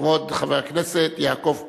בבקשה, כבוד חבר הכנסת יעקב כץ,